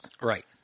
right